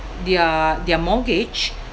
their their mortgage